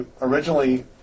originally